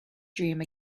dream